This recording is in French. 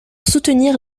soutenir